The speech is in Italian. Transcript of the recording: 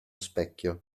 specchio